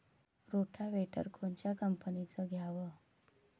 Rotavator कोनच्या कंपनीचं घ्यावं?